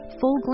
full